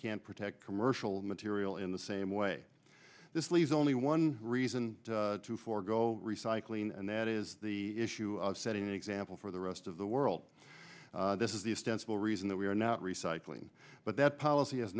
can't protect commercial material in the same way this leaves only one reason to forgo recycling and that is the issue of setting an example for the rest of the world this is the extensible reason that we are not recycling but that policy has